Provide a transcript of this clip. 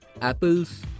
Apple's